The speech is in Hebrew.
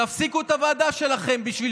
תפסיקו את הוועדה שלכם בשביל